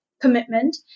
commitment